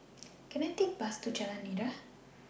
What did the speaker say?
Can I Take A Bus to Jalan Nira